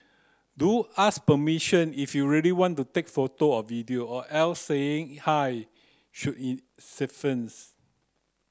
do ask permission if you really want to take photo or video or else saying hi should in suffice